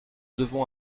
devons